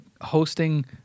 hosting